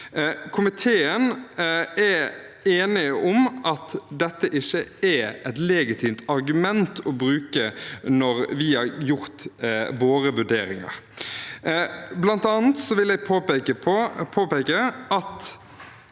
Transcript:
Komiteen var enig om at dette ikke er et legitimt argument å bruke, da vi gjorde våre vurderinger. Blant annet vil jeg påpeke at